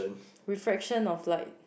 reflection of like